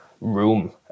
room